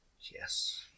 Yes